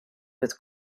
with